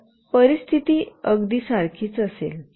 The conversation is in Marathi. तर परिस्थिती अगदी सारखीच असेल